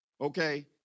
Okay